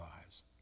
lives